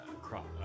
crop